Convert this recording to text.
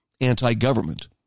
anti-government